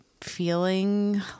feeling